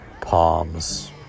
Palms